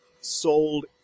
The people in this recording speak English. sold